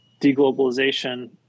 deglobalization